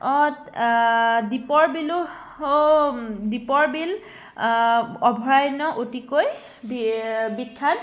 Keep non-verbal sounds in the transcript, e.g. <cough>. <unintelligible> দীপৰ বিলো দীপৰ বিল অভয়াৰণ্য অতিকৈ বিখ্যাত